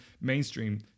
mainstream